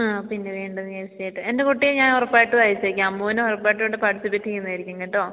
അ പിന്നെ വേണ്ടേ തീർച്ചയായിട്ടും എൻ്റെ കുട്ടിയെ ഞാൻ ഉറപ്പായിട്ടും അയച്ചേക്കാം അമ്മു ഉറപ്പായിട്ടും അവിടെ പാർട്ടിസിപ്പേറ്റ് ചെയ്യുന്നതായിരിക്കും കേട്ടോ